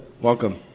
welcome